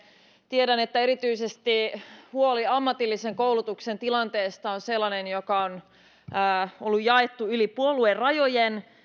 tiedän että erityisesti huoli ammatillisen koulutuksen tilanteesta on sellainen joka on jaettu yli puoluerajojen